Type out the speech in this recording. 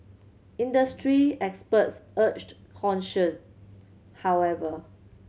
industry experts urged caution however